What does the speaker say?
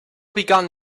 begun